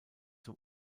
zum